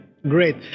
Great